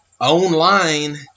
online